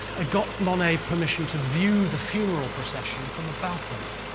gotten monet permission to view the funeral procession from a balcony.